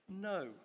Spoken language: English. No